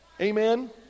Amen